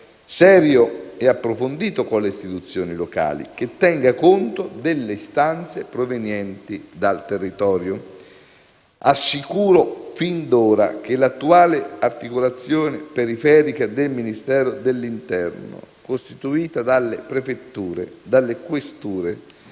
serio e approfondito con le istituzioni locali, che tenga conto delle istanze provenienti dal territorio. Assicuro fin d'ora che l'attuale articolazione periferica del Ministero dell'interno, costituita dalle prefetture, dalle questure